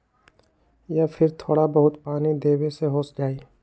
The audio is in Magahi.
या फिर थोड़ा बहुत पानी देबे से हो जाइ?